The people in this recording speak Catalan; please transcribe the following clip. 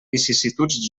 vicissituds